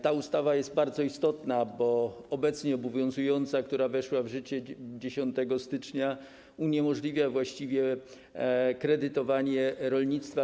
Ta ustawa jest bardzo istotna, bo obecnie obowiązująca, która weszła w życie 10 stycznia, uniemożliwia właściwie kredytowanie rolnictwa.